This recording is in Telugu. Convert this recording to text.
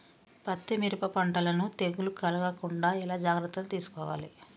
పత్తి మిరప పంటలను తెగులు కలగకుండా ఎలా జాగ్రత్తలు తీసుకోవాలి?